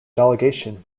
delegation